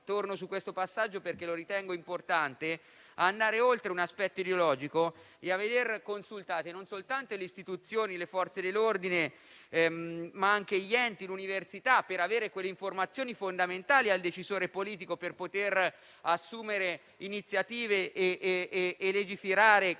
torno su questo passaggio, perché lo ritengo importante - ad andare oltre l'aspetto ideologico e a consultare non soltanto le istituzioni e le Forze dell'ordine, ma anche gli enti e le università, per avere quelle informazioni fondamentali che consentono al decisore politico di assumere iniziative e legiferare con